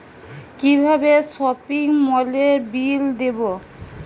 কিভাবে সপিং মলের বিল দেবো?